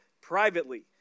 privately